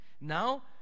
Now